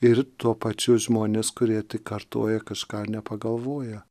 ir tuo pačiu žmonės kurie tai kartoja kažką nepagalvoja